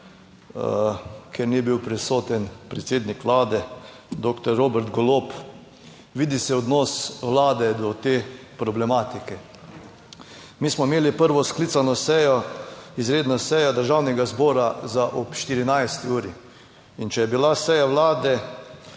ker ni bil prisoten predsednik vlade doktor Robert Golob, vidi se odnos vlade do te problematike. Mi smo imeli prvo sklicano sejo, izredno sejo Državnega zbora za ob 14. uri in če je bila seja vlade